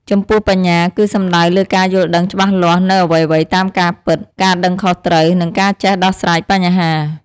ចំពោះបញ្ញាគឺសំដៅលើការយល់ដឹងច្បាស់លាស់នូវអ្វីៗតាមការពិត ការដឹងខុសត្រូវ និងការចេះដោះស្រាយបញ្ហា។